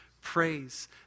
praise